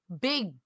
big